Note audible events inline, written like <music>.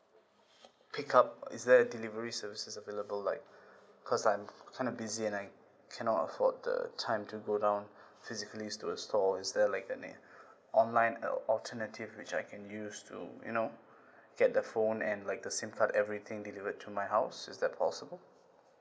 pick up is there a delivery services available like <breath> because I'm kind of busy and I cannot afford the time to go down <breath> physically to the store is there like any <breath> online alternative which I can use to you know <breath> get the phone and like the SIM card everything delivered to my house is that possible